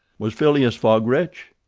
was phileas fogg rich?